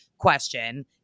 question